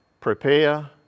prepare